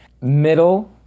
middle